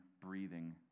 breathing